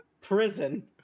Prison